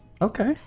Okay